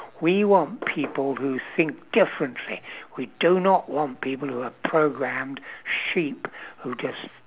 we want people who think differently we do not want people who are programmed sheep who just